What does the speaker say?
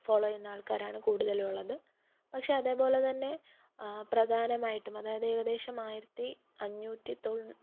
follow ചെയ്യുന്ന ആള്ക്കാരാണ് കൂടുതലുള്ളത് പക്ഷേ അതേപോലെത്തന്നെ പ്രധാനമായിട്ടും അതായത് ഏകദേശം ആയിരത്തി അഞ്ഞൂറ്റി തൊണ്ണൂറ്റി